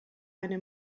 eine